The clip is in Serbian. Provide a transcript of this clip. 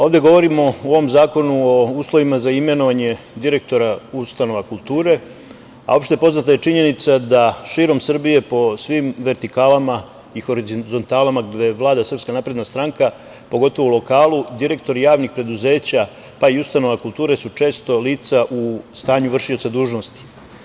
Ovde govorimo u ovom zakonu o uslovima za imenovanje direktora ustanova kulture, a opšte je poznata činjenica da širom Srbije po svim vertikalama i horizontalama gde vlada SNS, pogotovo na lokalu, direktori javnih preduzeća, pa i ustanova kulture su često lica u stanju vršioca dužnosti.